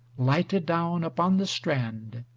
lighted down upon the strand,